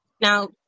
Now